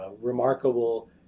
remarkable